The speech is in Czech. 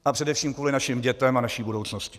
A především kvůli našim dětem a naší budoucnosti.